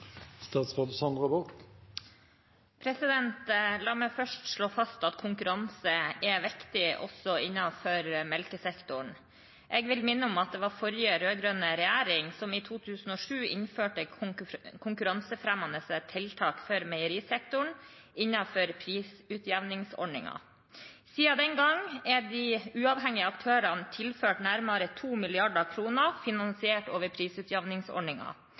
La meg først slå fast at konkurranse er viktig også innenfor melkesektoren. Jeg vil minne om at det var forrige rød-grønne regjering som i 2007 innførte konkurransefremmende tiltak for meierisektoren innenfor prisutjevningsordningen. Siden den gang er de uavhengige aktørene tilført nærmere 2 mrd. kr finansiert over